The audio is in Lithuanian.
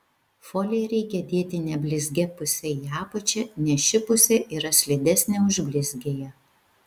foliją reikia dėti neblizgia puse į apačią nes ši pusė yra slidesnė už blizgiąją